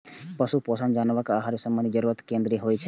पशु पोषण जानवरक आहार संबंधी जरूरत पर केंद्रित होइ छै